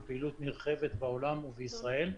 עם פעילות נרחבת בעולם ובישראל.